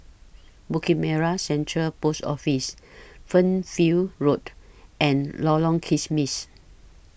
Bukit Merah Central Post Office Fernhill Road and Lorong Kismis